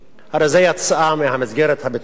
הרי זה יצא מהמסגרת הביטחונית,